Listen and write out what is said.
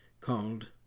called